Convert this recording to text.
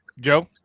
Joe